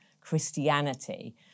Christianity